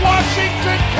Washington